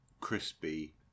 crispy